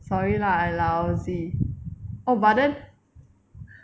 sorry lah I lousy oh but then